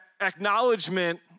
acknowledgement